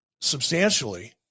substantially